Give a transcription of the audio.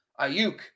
Ayuk